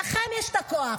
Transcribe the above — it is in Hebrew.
לכם יש את הכוח.